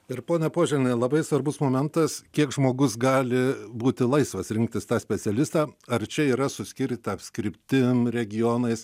ir pone požela labai svarbus momentas kiek žmogus gali būti laisvas rinktis tą specialistą ar čia yra suskirstyti taps kryptim regionais